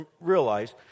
realize